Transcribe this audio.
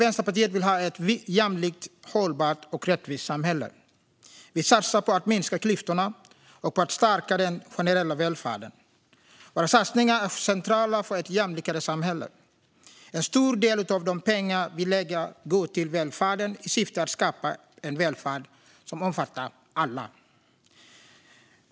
Vänsterpartiet vill ha ett jämlikt, hållbart och rättvist samhälle. Vi satsar på att minska klyftorna och på att stärka den generella välfärden. Våra satsningar är centrala för ett jämlikare samhälle. En stor del av de pengar vi lägger går till välfärden i syfte att skapa en välfärd som omfattar alla.